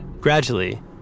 Gradually